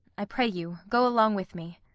i pray you go along with me.